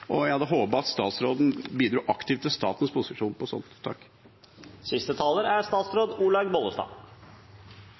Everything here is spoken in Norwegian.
og jeg hadde håpet at statsråden bidro aktivt til statens posisjon på sånt.